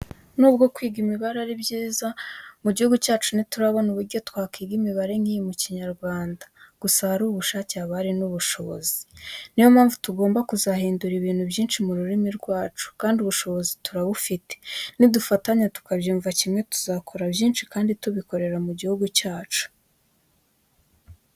Nubwo kwiga imibare ari byiza, mu gihugu cyacu ntiturabona uburyo twakwiga imibare nk'iyi mu Kinyarwanda. Gusa ahari ubushake haba hari n'ubushobozi. Ni yo mpamvu tugomba kuzahindura ibintu byinshi mu rurimi rwacu kandi ubushobozi turabufite, nidufatanya tukabyumva kimwe tuzakora byinshi kandi tubikorera mu gihugu cyacu.